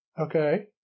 Okay